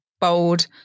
bold